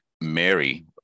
Mary